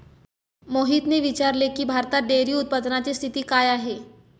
मोहितने विचारले की, भारतात डेअरी उत्पादनाची स्थिती काय आहे?